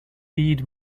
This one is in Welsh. byd